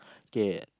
K